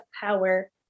power